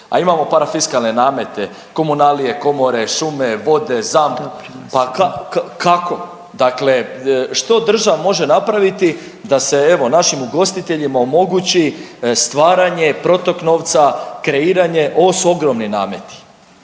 a imamo parafiskalne namete, komunalije, komore, šume, vode, … pa kako? Dakle što država može napraviti da se evo našim ugostiteljima omogući stvaranje protok novca, kreiranje? Ovo su ogromni nameti.